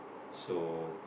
so